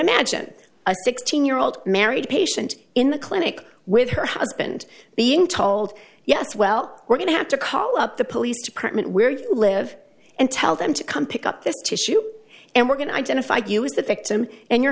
imagine a sixteen year old married patient in the clinic with her husband being told yes well we're going to have to call up the police department where you live and tell them to come pick up this tissue and we're going to identify you as that victim and your